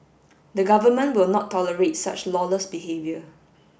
the government will not tolerate such lawless behavior